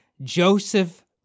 Joseph